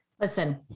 Listen